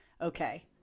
Okay